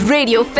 Radio